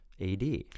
Ad